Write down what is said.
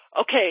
Okay